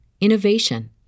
innovation